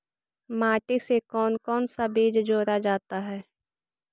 माटी से कौन कौन सा बीज जोड़ा जाता है?